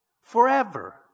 forever